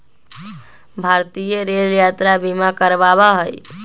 भारतीय रेल यात्रा बीमा करवावा हई